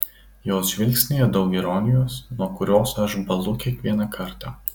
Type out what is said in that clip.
jos žvilgsnyje daug ironijos nuo kurios aš bąlu kiekvieną kartą